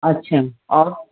اچھا اور